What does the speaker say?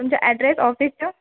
तुमचा ॲड्रेस ऑफिसचं